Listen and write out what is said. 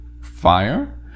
fire